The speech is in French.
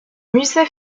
musée